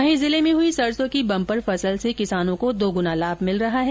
वहीं जिले में हुई सरसों की बम्पर फसल से किसानों को दोगुना लाभ मिल रहा है